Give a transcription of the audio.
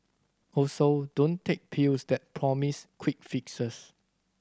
also don't take pills that promise quick fixes